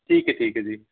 ठीक ऐ ठीक ऐ जी